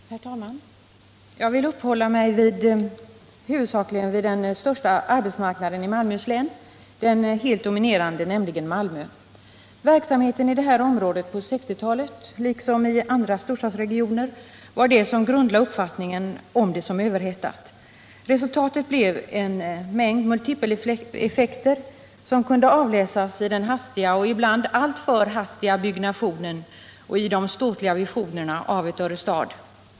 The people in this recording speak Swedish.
Herr talman! Jag vill uppehålla mig huvudsakligen vid den största arbetsmarknaden i Malmöhus län, den helt dominerande, nämligen Malmö. Verksamheten i det här området på 1960-talet var, liksom i andra storstadsregioner, det som grundlade uppfattningen om området som överhettat. Resultatet blev en mängd multipeleffekter, som bl.a. kunde avläsas i den hastiga, ibland alltför hastiga, byggnationen och i de ståtliga visionerna av ett Örestad.